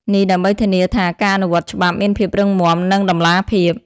នេះដើម្បីធានាថាការអនុវត្តច្បាប់មានភាពរឹងមាំ និងតម្លាភាព។